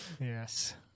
Yes